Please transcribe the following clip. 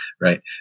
right